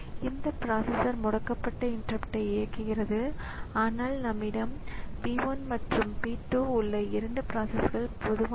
எனவே இந்த பூட்ஸ்ட்ராப்பிங் அல்லது ஃபார்ம்வேரின் அடிப்படை பொறுப்பு கணினியின் அனைத்து அம்சங்களையும் துவக்குவதாகும்